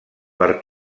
per